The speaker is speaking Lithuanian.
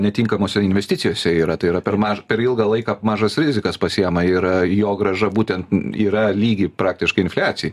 netinkamose investicijose yra tai yra per maž per ilgą laiką mažas rizikas pasiima ir jo grąža būtent yra lygi praktiškai infliacijai